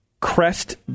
Crest